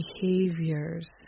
behaviors